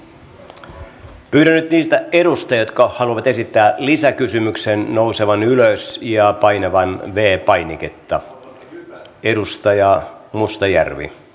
pyydän nyt niitä edustajia jotka haluavat esittää lisäkysymyksen nousemaan ylös ja painamaan v painiketta